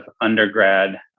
undergrad